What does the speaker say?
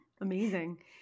amazing